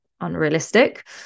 unrealistic